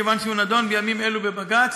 כיוון שהוא נדון בימים אלה בבג"ץ.